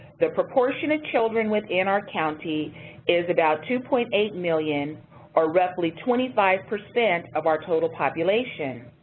the proportion of children within our county is about two point eight million or roughly twenty five percent of our total population.